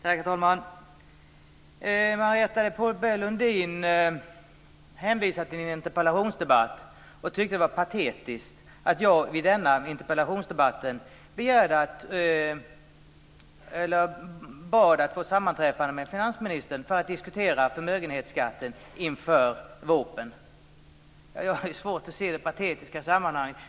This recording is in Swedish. Herr talman! Marietta de Pourbaix-Lundin hänvisar till en interpellationsdebatt och tycker att det är patetiskt att jag i den interpellationsdebatten bad att få ett sammanträffande med finansministern för att inför VÅP:en diskutera förmögenhetsskatten. Jag har svårt att se det patetiska i sammanhanget.